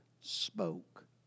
spoke